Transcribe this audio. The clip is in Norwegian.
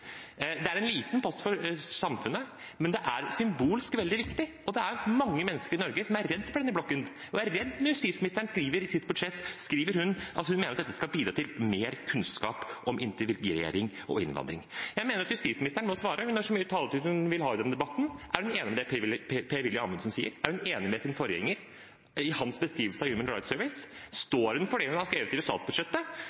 Det er en liten post for samfunnet, men det er symbolsk sett veldig viktig. Og det er mange mennesker i Norge som er redde for denne bloggen, og som er redde når justisministeren skriver i sitt budsjett at hun mener at dette skal bidra til mer kunnskap om integrering og innvandring. Jeg mener at justisministeren må svare. Hun har så mye taletid hun vil ha i denne debatten. Er hun enig i det Per-Willy Amundsen sier? Er hun enig med sin forgjenger i hans beskrivelse av Human Rights Service?